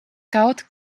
kaut